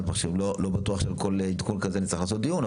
לא בטוח שעל כל עדכון כזה נצטרך לעשות דיון,